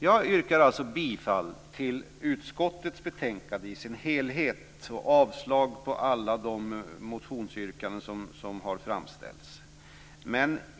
Jag yrkar bifall till hemställan i utskottets betänkande i dess helhet och avslag på alla de motionsyrkanden som har framställts.